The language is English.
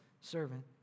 servant